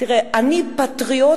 תראה, אני פטריוטית,